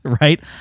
right